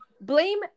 blame